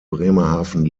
bremerhaven